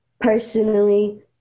personally